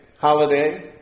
holiday